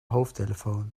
hoofdtelefoon